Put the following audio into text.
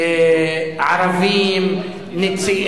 ערבים,